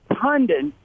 pundit